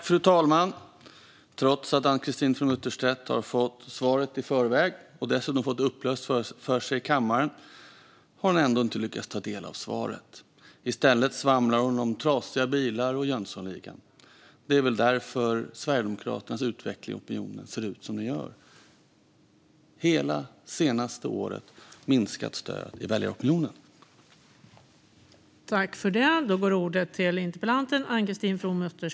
Fru talman! Trots att Ann-Christine From Utterstedt har fått svaret i förväg och dessutom har fått det uppläst för sig i kammaren har hon inte lyckats ta del av det. I stället svamlar hon om trasiga bilar och Jönssonligan. Det är väl därför Sverigedemokraternas utveckling i opinionen ser ut som den gör - hela det senaste året har stödet i väljaropinionen minskat.